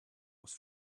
was